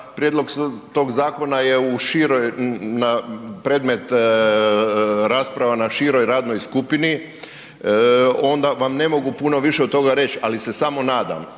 prijedlog tog zakona je na predmet rasprava na široj radnoj skupini, onda vam ne mogu puno više od toga reći se samo nadam